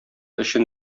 өчен